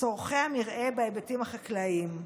צורכי המרעה בהיבטים החקלאיים.